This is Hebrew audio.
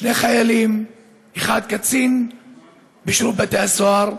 שני חיילים ואחד קצין בשירות בתי הסוהר.